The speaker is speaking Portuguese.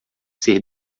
ser